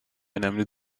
önemli